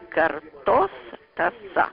kartos tąsa